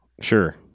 Sure